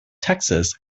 texas